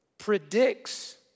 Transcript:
predicts